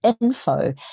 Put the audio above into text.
info